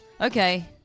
Okay